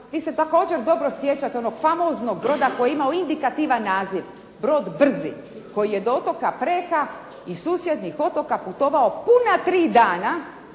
vi se također dobro sjećate onog famoznog broda koji je imao indikativan naziv, brod "Brzi" koji je do otoka … /Govornica se ne razumije./… i susjednih otoka putovao puna 3 dana,